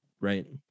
right